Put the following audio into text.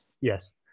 Yes